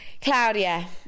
Claudia